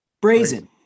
Brazen